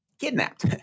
kidnapped